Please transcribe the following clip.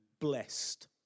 blessed